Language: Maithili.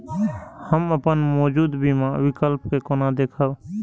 हम अपन मौजूद बीमा विकल्प के केना देखब?